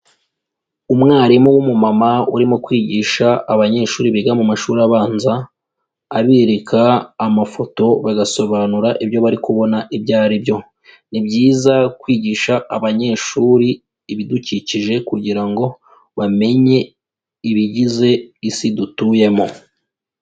Umwarimu w'umumama urimo kwigisha abanyeshuri biga mu mashuri abanza, abereka amafoto bagasobanura ibyo bari kubona ibyo ari byo, ni byiza kwigisha abanyeshuri ibidukikije kugira ngo bamenye ibigize isi dutuyemo.